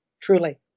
Truly